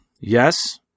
Yes